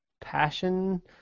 Passion